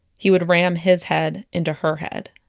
he would ram his head into her head